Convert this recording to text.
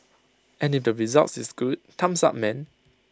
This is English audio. and if the results is good thumbs up man